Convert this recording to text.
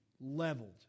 Leveled